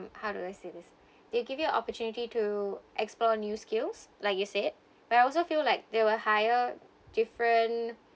how do I say this they give you a opportunity to explore new skills like you said but I also feel like they will hire different